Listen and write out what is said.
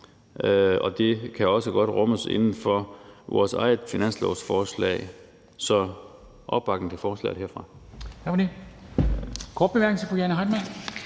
og det kan også godt rummes inden for vores eget finanslovsforslag. Så der skal lyde en opbakning til forslaget herfra.